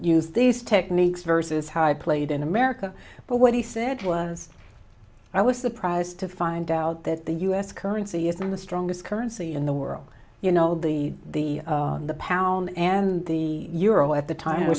use these techniques versus how i played in america but what he said was i was surprised to find out that the u s currency isn't the strongest currency in the world you know the the the pound and the euro at the time